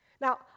Now